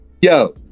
yo